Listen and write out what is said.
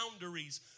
boundaries